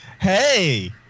Hey